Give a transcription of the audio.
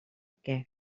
què